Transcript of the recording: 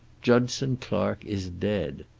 judson clark is dead.